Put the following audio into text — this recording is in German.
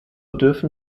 dürfen